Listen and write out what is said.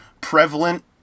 prevalent